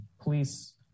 police